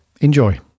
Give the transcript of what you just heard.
Enjoy